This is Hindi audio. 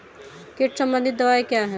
कीट संबंधित दवाएँ क्या हैं?